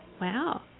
Wow